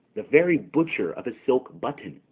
the very butcher of a silk button,